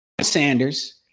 Sanders